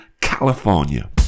california